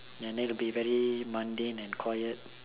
and that will be very mundane and quiet